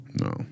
No